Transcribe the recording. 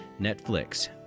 Netflix